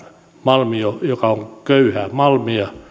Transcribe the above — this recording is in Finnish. malmi joka on köyhää malmia